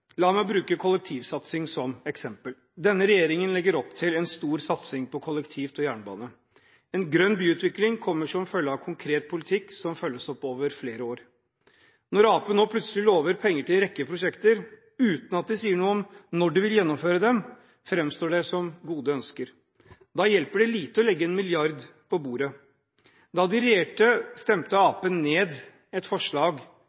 La meg bruke kollektivsatsing som eksempel. Denne regjering legger opp til en stor satsing på kollektivtransport og jernbane. En grønn byutvikling kommer som følge av konkret politikk som følges opp over flere år. Når Arbeiderpartiet nå plutselig lover penger til en rekke prosjekter uten at de sier noe om når de vil gjennomføre dem, framstår det som gode ønsker. Da hjelper det lite å legge 1 mrd. kr på bordet. Da de regjerte, stemte Arbeiderpartiet ned et forslag